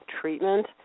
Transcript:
treatment